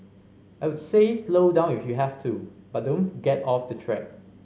I would say slow down if you have to but don't get off the track